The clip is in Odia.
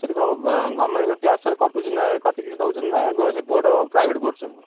ସେଠି କ'ଣ ଗଭର୍ଣ୍ଣମେଣ୍ଟ୍ କ'ଣ ଟାକ୍ସ୍ ଫ୍ୟାକ୍ସ୍ କଟୁଚିନା କାଟିକିରି ଦେଉଛନ୍ତି ନା ସେ ବୋଟ୍ ପ୍ରାଇଭେଟ୍ ବୋଟ୍ ସବୁ